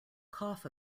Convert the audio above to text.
cough